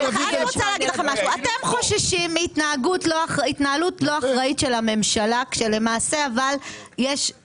אתם חוששים מהתנהלות לא אחראית של הממשלה אתם חוששים,